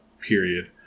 period